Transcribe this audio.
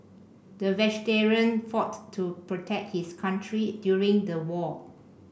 the veteran fought to protect his country during the war